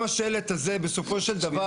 ואם עושים שלטים על עסקים קטנים